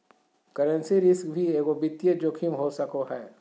currency risk भी एगो वित्तीय जोखिम हो सको हय